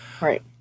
right